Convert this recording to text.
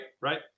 right